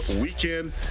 weekend